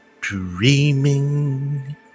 dreaming